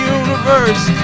universe